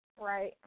right